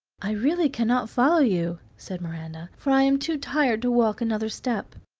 i really cannot follow you, said miranda, for i am too tired to walk another step.